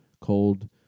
cold